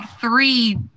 three